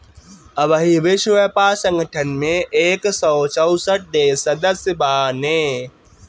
अबही विश्व व्यापार संगठन में एक सौ चौसठ देस सदस्य बाने